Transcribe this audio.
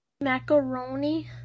Macaroni